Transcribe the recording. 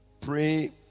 Pray